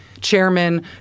chairman